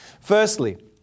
Firstly